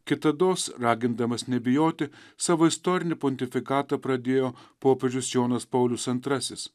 kitados ragindamas nebijoti savo istorinį pontifikatą pradėjo popiežius jonas paulius antrasis